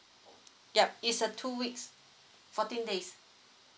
yup it's a two weeks fourteen days